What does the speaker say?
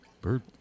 Bird